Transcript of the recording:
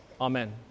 Amen